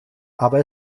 aber